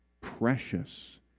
precious